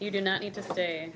you do not need to stay